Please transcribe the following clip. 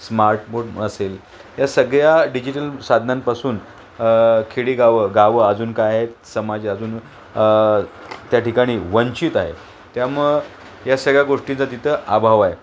smart board असेल या सगळ्या डिजिटल साधनांपासून खेडेगावं गावं अजून काय आहेत समाज अजून त्या ठिकाणी वंचित आहे त्यामुळं या सगळ्या गोष्टींचा तिथं अभाव आहे